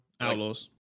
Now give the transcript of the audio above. Outlaws